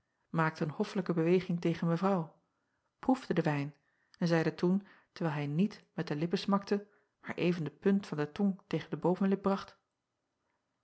maakte een hoffelijke beweging tegen evrouw proefde den wijn en zeide toen terwijl hij niet met de lippen smakte maar even de punt van de tong tegen de bovenlip bracht